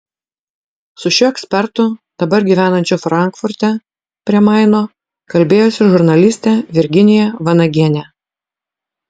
su šiuo ekspertu dabar gyvenančiu frankfurte prie maino kalbėjosi žurnalistė virginija vanagienė